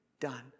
done